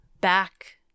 back